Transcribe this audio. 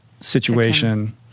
situation